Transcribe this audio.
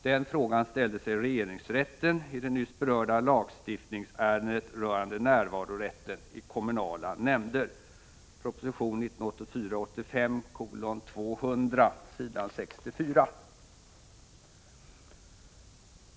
Den frågan ställde sig regeringsrätten i det nyss berörda lagstiftningsärendet rörande närvarorätten i kommunala nämnder .